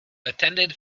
attended